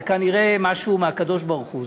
זה כנראה משהו מהקדוש-ברוך-הוא,